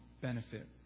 benefit